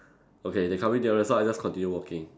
okay they coming nearer so I just continue walking